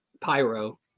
Pyro